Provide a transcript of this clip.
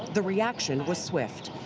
the reaction was swift.